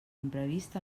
imprevist